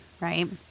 right